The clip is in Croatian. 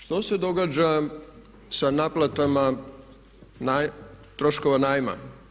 Što se događa sa naplatama troškova najma?